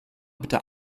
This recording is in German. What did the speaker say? bitte